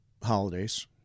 holidays